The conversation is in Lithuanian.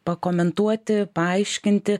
pakomentuoti paaiškinti